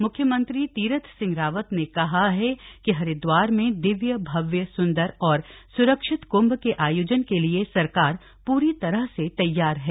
म्ख्यमंत्री तीरथ सिंह रावत ने कहा है कि हरिदवार में दिव्य भव्य सुंदर और सुरक्षित कृंभ के आयोजन के लिए सरकार पूरी तरह से तैयार है